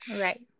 Right